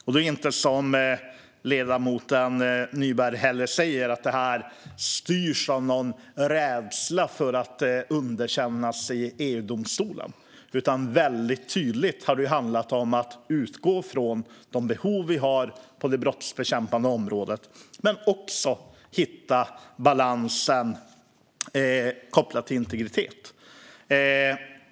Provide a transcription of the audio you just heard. Det är inte heller som ledamoten Nyberg säger att det styrs av någon rädsla för att underkännas i EU-domstolen. Det har väldigt tydligt handlat om att utgå från de behov vi har på det brottsbekämpande området men också hitta balansen kopplat till integritet.